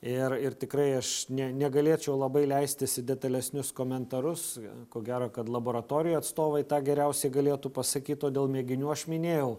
ir ir tikrai aš nė negalėčiau labai leistis į detalesnius komentarus ko gero kad laboratorijų atstovai tą geriausiai galėtų pasakyt o dėl mėginių aš minėjau